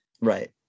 Right